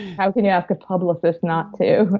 how can you ask a publicist not to?